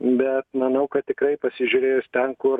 bet manau kad tikrai pasižiūrėjus ten kur